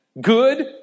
good